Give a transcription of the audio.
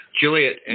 Juliet